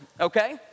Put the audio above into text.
okay